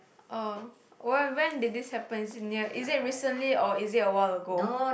oh when when did this happen is it near is it recently or is it a while ago